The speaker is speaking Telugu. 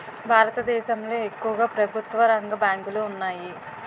భారతదేశంలో ఎక్కువుగా ప్రభుత్వరంగ బ్యాంకులు ఉన్నాయి